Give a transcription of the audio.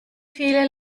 viele